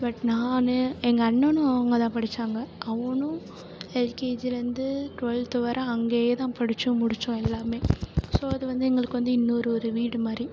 but நான் எங்கள் அண்ணனும் அங்கே தான் படித்தாங்க அவனும் எல்கேஜிலேருந்து டுவெல்த்து வர அங்கேயே தான் படித்து முடித்தோம் எல்லாமே ஸோ அது வந்து எங்களுக்கு வந்து இன்னோரு ஒரு வீடு மாதிரி